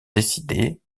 décidé